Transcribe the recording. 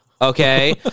Okay